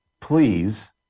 please